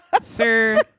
Sir